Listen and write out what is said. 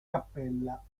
cappella